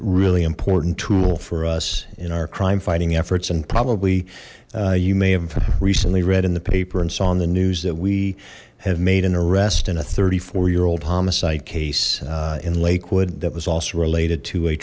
really important tool for us in our crime fighting efforts and probably you may have recently read in the paper and saw on the news that we have made an arrest and a thirty four year old homicide case in lakewood that was also related to a